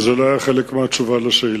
וזה לא היה חלק מהתשובה על השאילתא.